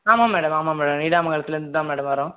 ஆமாம் மேடம் ஆமாம் மேடம் நீடாமங்கலத்தில் இருந்துதான் மேடம் வரோம்